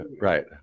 Right